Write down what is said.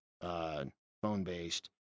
phone-based